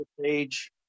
page